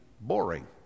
boring